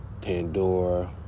Pandora